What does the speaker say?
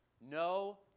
No